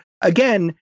Again